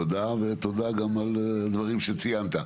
תודה וגם תודה על דברים שציינת.